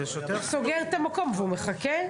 סוגר את המקום והוא מחכה,